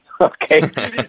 okay